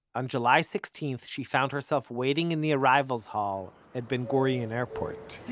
on july sixteenth she found herself waiting in the arrivals hall at ben gurion airport.